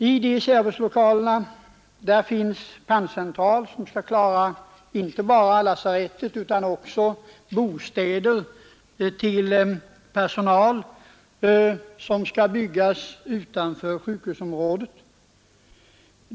I de servicelokalerna finns panncentral, som skall klara inte bara lasarettet utan också personalbostäder, vilka skall byggas utanför sjukhusområdet.